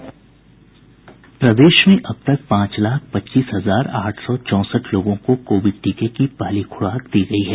प्रदेश में अब तक पांच लाख पच्चीस हजार आठ सौ चौंसठ लोगों को कोविड टीके की पहली खुराक दी गयी है